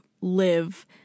live